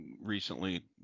recently